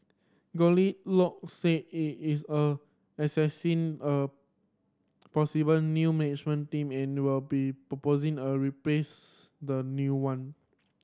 Goldilock said it is a assessing a possible new management team and will be proposing a replace the new one